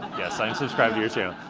yes, i'm subscribed to your channel.